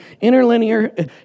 interlinear